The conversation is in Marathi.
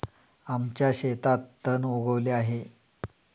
आमच्या शेतात तण उगवले आहे